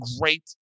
great